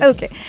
Okay